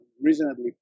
reasonably